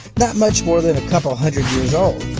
not much more than a couple of hundred years old.